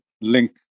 link